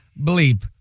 bleep